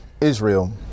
Israel